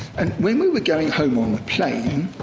and when we were going home on the plane,